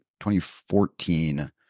2014